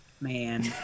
man